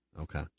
Okay